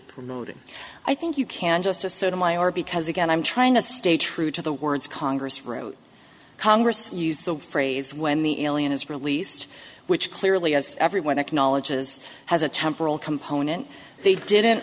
promoting i think you can just just sort of my are because again i'm trying to stay true to the words congress wrote congress use the phrase when the alien is released which clearly as everyone acknowledges has a temporal component they didn't